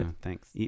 Thanks